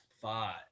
Five